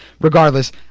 Regardless